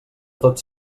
tots